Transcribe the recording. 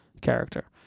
character